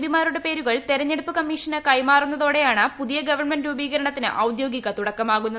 P മാരുടെ പേരുകൾ തെരഞ്ഞെടുപ്പ് കമ്മീഷന് കൈമാറുന്നതോടെയാണ് പുതിയ ഗവൺമെന്റ് രൂപീകരണത്തിന് ഔദ്യോഗിക തുടക്കമാകുന്നത്